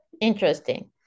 Interesting